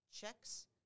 checks